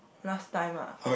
last time lah